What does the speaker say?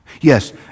yes